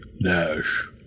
Nash